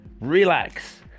relax